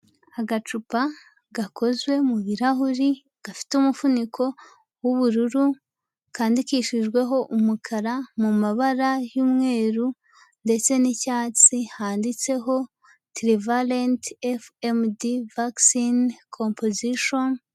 Agacupa gakozwe mu birarahuri gafite umufuniko w'ubururu, kandikishijweho umukara mu mabara y'umweru ndetse n'icyatsi. Handitseho tirivalenti efu emudi vakisini kompozishoni.